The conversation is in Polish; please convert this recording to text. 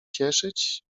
cieszyć